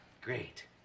Great